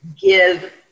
give